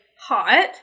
hot